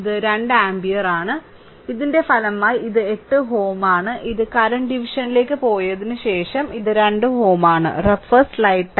ഇത് 2 ആമ്പിയറാണ് ഇതിന്റെ ഫലമായി ഇത് 8Ω ആണ് ഇത് കറന്റ് ഡിവിഷനിലേക്ക് പോയതിന് ശേഷം ഇത് 2Ω ആണ്